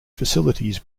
facilities